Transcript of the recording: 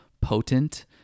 potent